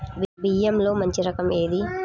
బియ్యంలో మంచి రకం ఏది?